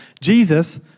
Jesus